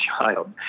child